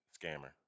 scammer